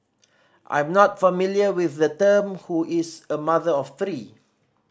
I'm not familiar with the term who is a mother of three